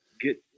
get –